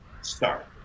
start